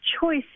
choice